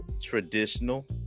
traditional